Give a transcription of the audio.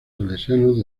salesianos